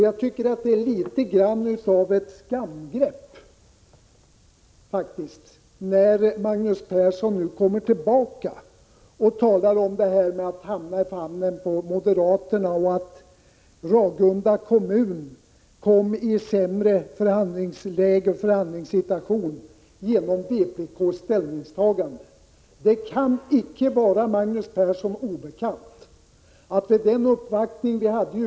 Jag tycker faktiskt att det är litet av ett skamgrepp när Magnus Persson talar om att hamna i famnen på moderaterna och att Ragunda kommun kommer i ett sämre förhandlingsläge genom vpk:s ställningstagande. Det kan icke vara Magnus Persson obekant att vid den uppvaktning från Ragunda kommun = Prot.